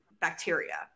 bacteria